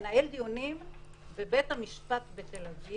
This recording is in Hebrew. כמובן שהנהלת בתי המשפט צריכה להיות גמישה איתנו בעניין הזה,